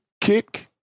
kick